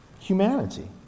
humanity